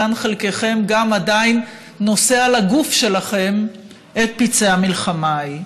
וכאן חלקכם גם עדיין נושאים על הגוף שלכם את פצעי המלחמה ההיא.